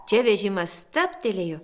čia vežimas stabtelėjo